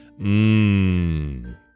Mmm